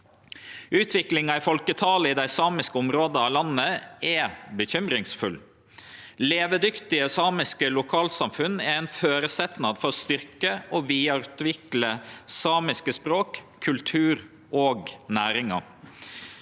Utviklinga i folketalet i dei samiske områda av landet er bekymringsfull. Levedyktige samiske lokalsamfunn er ein føresetnad for å styrkje og vidareutvikle samiske språk, samisk kultur og samiske